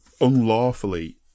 unlawfully